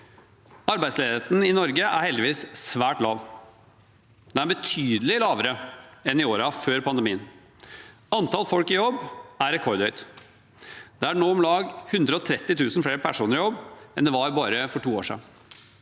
Arbeidsle digheten i Norge er heldigvis svært lav. Den er betydelig lavere enn i årene før pandemien. Antall folk i jobb er rekordhøyt. Det er nå om lag 130 000 flere personer i jobb enn det var for bare to år siden.